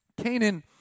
Canaan